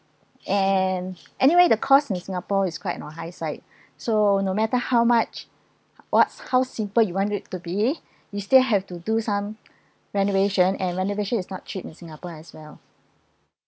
and anyway the cost in singapore is quite on a high side so no matter how much what's how simple you want it to be you still have to do some renovation and renovation is not cheap in singapore as well